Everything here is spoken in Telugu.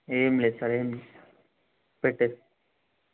ఏం లేదు సార్ ఏం లేదు పెట్టేస్తాను